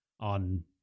on